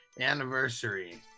anniversary